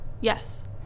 yes